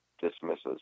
dismisses